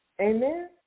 Amen